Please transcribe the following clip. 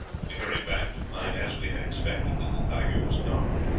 we hurried back to find, as we had expected, that the tiger was gone.